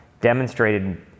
demonstrated